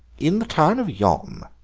in the town of yom,